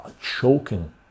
choking